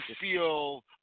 feel